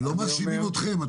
ולא מאשימים אתכם.